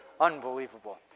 Unbelievable